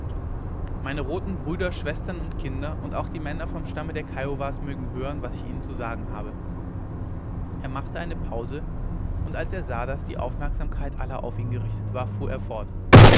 meine roten brüder schwestern und kinder und auch die männer vom stamme der kiowas mögen hören was ich ihnen zu sagen habe er machte eine pause und als er sah daß die aufmerksamkeit aller auf ihn gerichtet war fuhr er fort